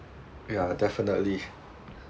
ya definitely